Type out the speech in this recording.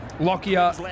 Lockyer